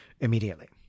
immediately